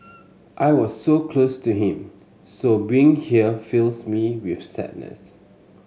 I was so close to him so being here fills me with sadness